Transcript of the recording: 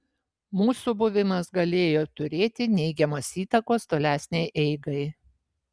mūsų buvimas galėjo turėti neigiamos įtakos tolesnei eigai